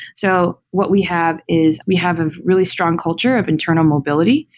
so what we have is we have a really strong culture of internal mobility.